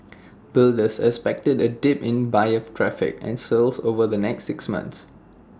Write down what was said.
builders expected A dip in buyer traffic and sales over the next six months